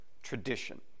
Tradition